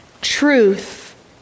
truth